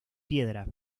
piedra